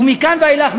ומכאן ואילך,